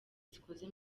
zikoze